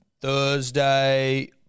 Thursday